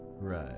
right